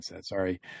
Sorry